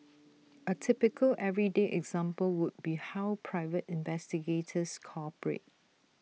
A typical everyday example would be how private investigators cooperate